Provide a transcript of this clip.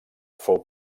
fou